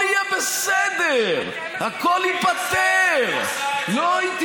הכול יהיה בסדר, הכול ייפתר, מי עשה את זה?